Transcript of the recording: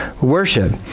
worship